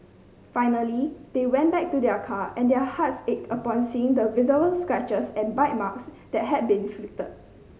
finally they went back to their car and their hearts ached upon seeing the visible scratches and bite marks that had been inflicted